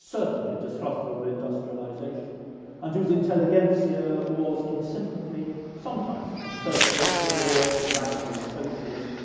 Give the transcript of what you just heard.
certainly distrustful of industrialization and whose intelligentsia was in sympathy, sometimes conservative, but more often radical and socialist.